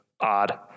Odd